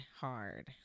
hard